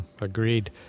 agreed